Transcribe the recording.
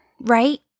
right